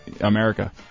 America